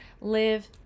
live